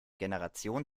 generation